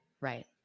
right